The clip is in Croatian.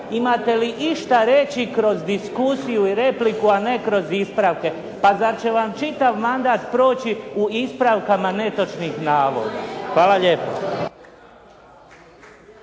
Imate li išta reći kroz diskusiju i repliku, a ne kroz ispravke? Pa zar će vam čitav mandat proći u ispravkama netočnih navoda. Hvala lijepa.